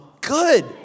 good